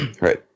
Right